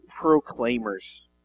proclaimers